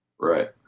Right